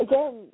Again